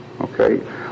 Okay